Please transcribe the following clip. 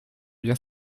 bien